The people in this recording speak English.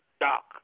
Doc